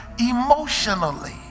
emotionally